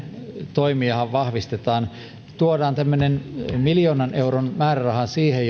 toimia vahvistetaan tuodaan tämmöinen miljoonan euron määräraha siihen